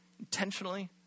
Intentionally